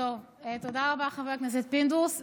תודה רבה, חבר הכנסת פינדרוס.